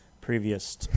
previous